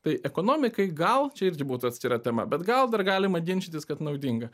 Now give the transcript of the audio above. tai ekonomikai gal čia irgi būtų atskira tema bet gal dar galima ginčytis kad naudinga